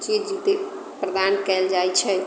चीज देल प्रदान कयल जाइत छै